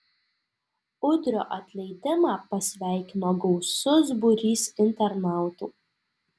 udrio atleidimą pasveikino gausus būrys internautų